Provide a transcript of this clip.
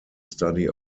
study